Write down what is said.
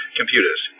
computers